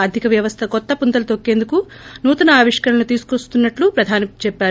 ఆర్దిక వ్యవస్థ కోత్త పుంతలు తోక్కేందుకు నూతన ఆవిష్కరణలు తీసుకొస్తున్సట్లు ప్రధాని చెప్పారు